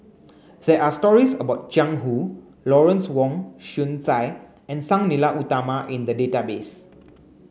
there are stories about Jiang Lawrence Wong Shyun Tsai and Sang Nila Utama in the database